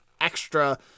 extra